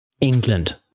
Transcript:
England